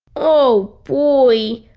oh boy!